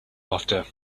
after